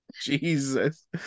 Jesus